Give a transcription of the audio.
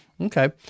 Okay